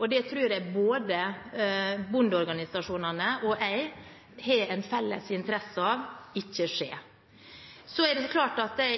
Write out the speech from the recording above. og det tror jeg at både bondeorganisasjonene og jeg har en felles interesse av at ikke skal skje.